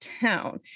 town